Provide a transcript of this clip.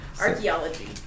Archaeology